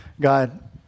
God